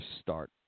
start